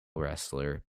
wrestler